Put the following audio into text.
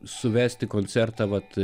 suvesti koncertą vat